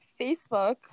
Facebook